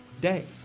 day